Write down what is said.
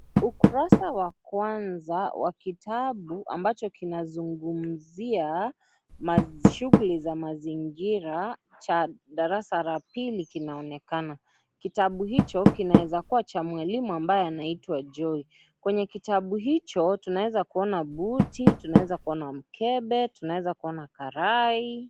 Ukurasa wa kwanza wa kitabu ambacho kinazungumzia shughuli za mazingira Cha darasa la pili kinaonekana. Kitabu hicho kinaweza kuwa Cha mwalimu ambaye anaitwa Joy. Kwenye kitabu hicho tunaweza kuona Buti, tunaweza kuona mkebe, tunaweza kuona karai..